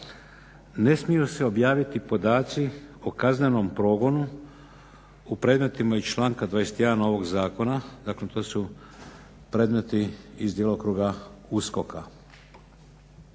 ne smiju se objaviti podaci o kaznenom progonu u predmetima iz članka 21. ovog zakona.", dakle to su predmeti iz djelokruga USKOK-a,